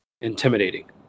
intimidating